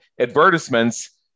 advertisements